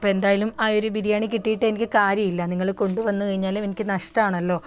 അപ്പം എന്തായാലും ആ ഒരു ബിരിയാണി കിട്ടിയിട്ട് എനിക്ക് കാര്യമില്ല നിങ്ങൾ കൊണ്ടുവന്നുകഴിഞ്ഞാൽ എനിക്ക് നഷ്ടമാണല്ലോ